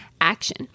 action